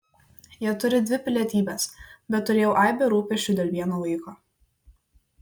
jie turi dvi pilietybes bet turėjau aibę rūpesčių dėl vieno vaiko